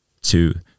two